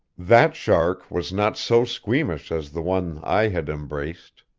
that shark was not so squeamish as the one i had embraced.